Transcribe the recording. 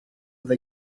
they